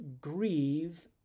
grieve